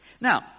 now